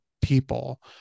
people